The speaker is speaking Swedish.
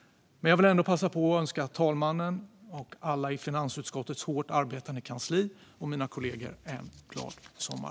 Jag vill passa på att önska herr talmannen, alla i finansutskottets hårt arbetande kansli och mina kollegor en glad sommar.